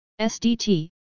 SDT